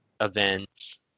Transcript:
events